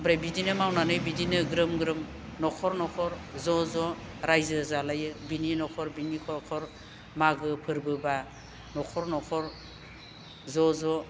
ओमफ्राय बिदिनो मावनानै बिदिनो ग्रोम ग्रोम न'खर न'खर ज'ज' रायजो जालायो बिनि न'खर बिनि न'खर मागो फोरबोब्ला न'खर न'खर ज'ज'